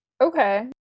Okay